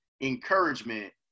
encouragement